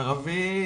ערבי,